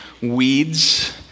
weeds